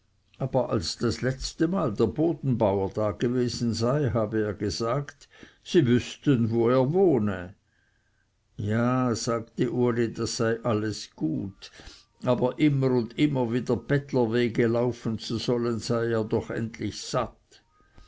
aber als das letztemal der bodenbauer dagewesen sei habe er gesagt sie wüßten wo er wohne ja sagte uli das sei alles gut aber immer und immer wieder bettlerwege laufen zu sollen sei er doch endlich satt